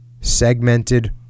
segmented